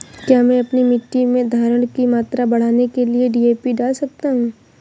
क्या मैं अपनी मिट्टी में धारण की मात्रा बढ़ाने के लिए डी.ए.पी डाल सकता हूँ?